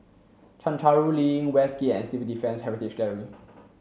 Chencharu Link Westgate and Civil Defence Heritage Gallery